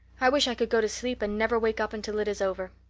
i wish i could go to sleep and never wake up until it is over.